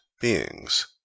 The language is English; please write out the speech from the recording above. beings